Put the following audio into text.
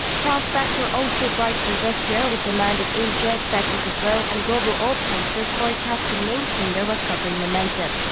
prospects are also bright for this year with demand in asia expected to grow. and global oil prices forecast to maintain their recovery momentum.